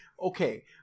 Okay